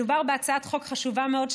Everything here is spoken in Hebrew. מדובר בהצעת חוק חשובה מאוד,